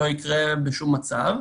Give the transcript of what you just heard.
לא יקרה בשום מצב.